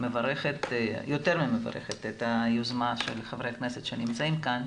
יותר ממברכת את היוזמה של חברי הכנסת שנמצאים כאן.